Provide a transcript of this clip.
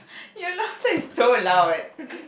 your laughter is so loud